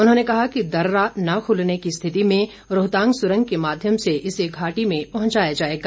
उन्होंने कहा कि दर्रा न खुलने की स्थिति में रोहतांग सुरंग के माध्यम र्स इसे घाटी में पहुंचाया जाएगा